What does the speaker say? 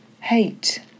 hate